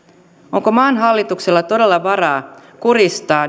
onko maan hallituksella todella varaa kurjistaa